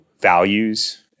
values